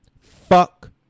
fuck